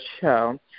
show